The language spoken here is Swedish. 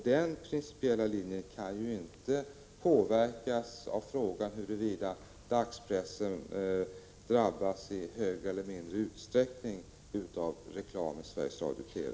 Den principiella hållningen kan inte påverkas av frågan om huruvida dagspressen drabbas i större eller mindre utsträckning av reklam i Sveriges Radio/TV.